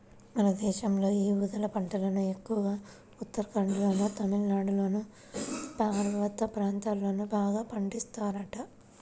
మన దేశంలో యీ ఊదల పంటను ఎక్కువగా ఉత్తరాఖండ్లోనూ, తమిళనాడులోని పర్వత ప్రాంతాల్లో బాగా పండిత్తన్నారంట